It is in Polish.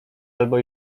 albo